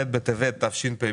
ח' בשבט התשפ"ב,